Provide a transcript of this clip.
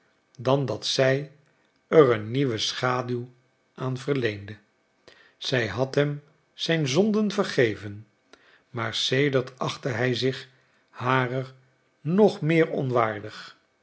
dan dat zij er een nieuwe schaduw aan verleende zij had hem zijn zonden vergeven maar sedert achtte hij zich harer nog meer onwaardig